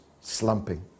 slumping